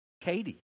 Katie